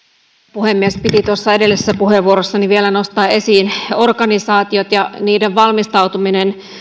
puhemies piti edellisessä puheenvuorossani vielä nostaa esiin organisaatiot ja niiden valmistautuminen